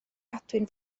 cadwyn